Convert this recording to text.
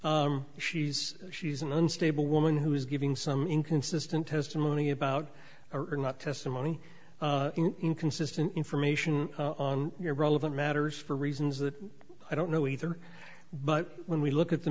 she's she's an unstable woman who is giving some inconsistent testimony about or not testimony inconsistent information on your belive it matters for reasons that i don't know either but when we look at the